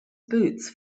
boots